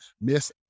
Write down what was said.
miss